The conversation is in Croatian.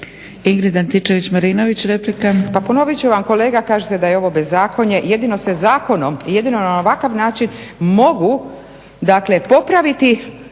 **Antičević Marinović, Ingrid (SDP)** Pa ponovit ću vam kolega, kažete da je ovo bezakonje, jedino se zakonom, jedino na ovakav način mogu dakle popraviti